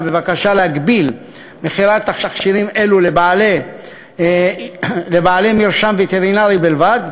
בבקשה להגביל מכירת תכשירים אלו לבעלי מרשם וטרינרי בלבד,